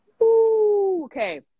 Okay